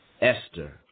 Esther